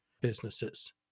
businesses